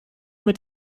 mit